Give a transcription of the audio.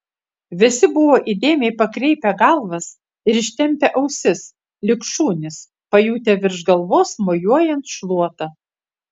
visi buvo įdėmiai pakreipę galvas ir ištempę ausis lyg šunys pajutę virš galvos mojuojant šluota